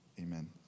Amen